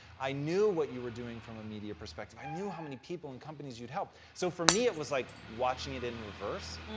i knew what you were doing from a media perspective, i knew how many people and companies you would help. so for for me it was like watching it in reverse,